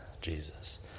Jesus